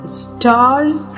stars